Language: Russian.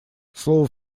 слово